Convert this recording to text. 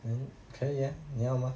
then 可以呀你要吗